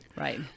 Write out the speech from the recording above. Right